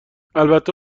البته